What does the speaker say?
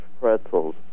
pretzels